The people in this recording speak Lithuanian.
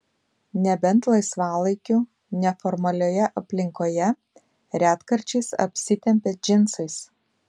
nebent laisvalaikiu neformalioje aplinkoje retkarčiais apsitempia džinsais